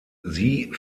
sie